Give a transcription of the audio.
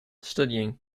studying